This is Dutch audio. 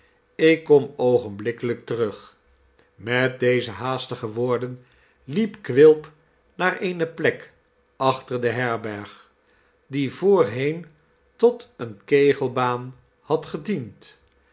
ik kom oogenblikkelijk terug met deze haastige woorden liep quilp naar eene plek achter de herberg die voorheen tot eene kegelbaan had gediend